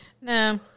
No